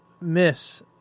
miss